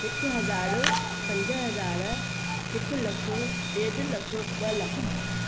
हिकु हज़ार पंज हज़ार हिकु लख ॾेढ लख ॿ लख